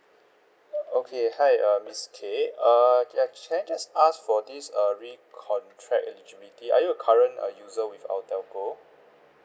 okay hi uh miss K err eh can I just ask for this err recontract eligibility are you a current uh user with our telco